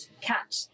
cat